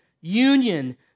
union